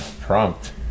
prompt